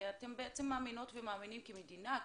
כי אתם בעצם מאמינות ומאמינים כמדינה,